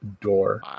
door